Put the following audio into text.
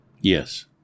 Yes